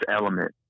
Element